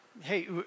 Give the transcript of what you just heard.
hey